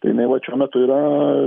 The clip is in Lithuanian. tai jinai vat šiuo metu yra